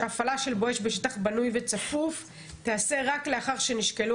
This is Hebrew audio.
הפעלה של "בואש" בשטח בנוי וצפוף תיעשה רק לאחר שנשקלו